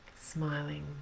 smiling